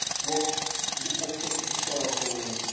what what sort of historical